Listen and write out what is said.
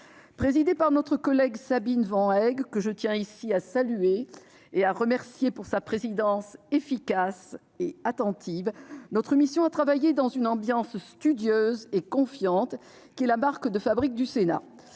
Présidée par notre collègue Sabine Van Heghe, que je tiens ici à saluer et à remercier pour sa présidence efficace et attentive, notre mission a travaillé dans une ambiance studieuse et confiante, qui est la marque de fabrique du Sénat.